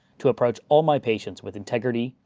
to approach all my patients with integrity,